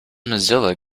mozilla